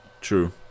True